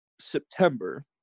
September